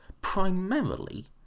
primarily